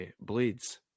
Blades